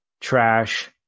trash